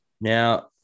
Now